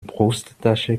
brusttasche